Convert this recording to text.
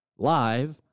Live